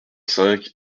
cinq